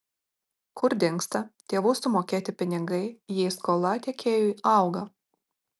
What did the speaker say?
kur dingsta tėvų sumokėti pinigai jei skola tiekėjui auga